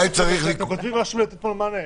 כשאתם כותבים משהו לטיפול ומענה,